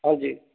ਹਾਂਜੀ